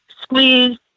squeeze